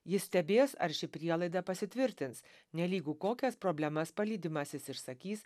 jis stebės ar ši prielaida pasitvirtins nelygu kokias problemas palydimasis išsakys